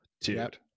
dude